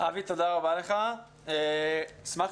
תודה רבה לך, אבי.